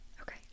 okay